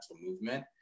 movement